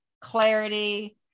clarity